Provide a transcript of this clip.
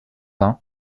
vingt